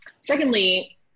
secondly